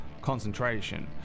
concentration